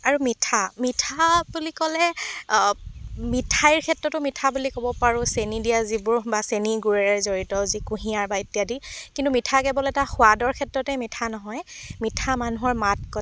আৰু মিঠা মিঠা বুলি ক'লে মিঠাইৰ ক্ষেত্ৰতো মিঠা বুলি ক'ব পাৰোঁ চেনি দিয়া যিবোৰ বা চেনি গুড়েৰে জড়িত যি কুঁহিয়াৰ বা ইত্যাদি কিন্তু মিঠা কেৱল এটা সোৱাদৰ ক্ষেত্ৰতে মিঠা নহয় মিঠা মানুহৰ মাত কথা